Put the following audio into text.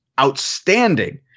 outstanding